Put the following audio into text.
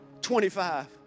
25